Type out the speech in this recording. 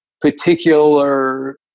particular